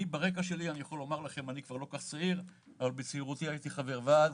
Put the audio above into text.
ברקע שלי, בצעירותי הייתי חבר ועד